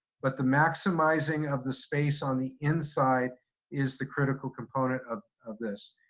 but the maximizing of the space on the inside is the critical component of of this.